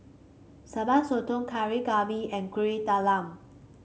Sambal Sotong Kari Babi and Kuih Talam